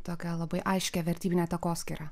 tokią labai aiškią vertybinę takoskyrą